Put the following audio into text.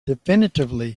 definitively